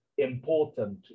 important